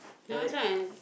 nice right